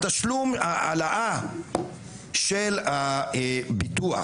העלאה של הביטוח